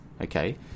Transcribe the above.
okay